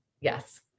yes